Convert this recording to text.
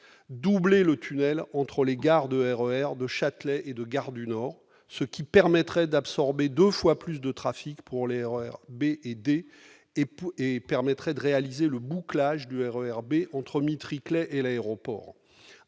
doubler le tunnel entre les stations Châtelet et Gare du Nord, ce qui permettrait d'absorber deux fois plus de trafic pour les RER B et D, et réaliser le bouclage du RER B entre Mitry-Claye et l'aéroport.